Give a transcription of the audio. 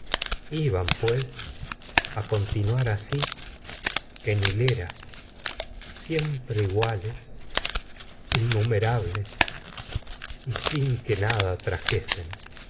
iban pues continuar así en hilera siempre iguales innumerables y sin que nada trajesen